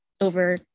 over